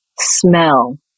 smell